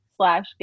slash